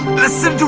listen